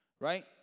Right